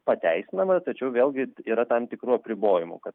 pateisinama tačiau vėlgi yra tam tikrų apribojimų kad